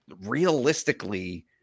realistically